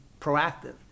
proactive